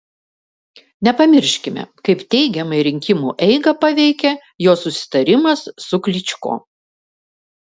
nepamirškime kaip teigiamai rinkimų eigą paveikė jo susitarimas su klyčko